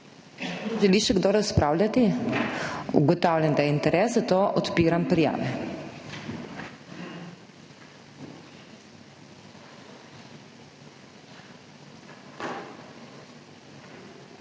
Želi še kdo razpravljati? Ugotavljam, da je interes, zato odpiram prijave.